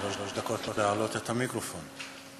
שלוש דקות להעלות את המיקרופון.